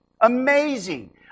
Amazing